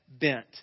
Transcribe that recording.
bent